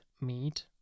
meat